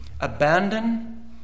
Abandon